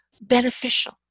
beneficial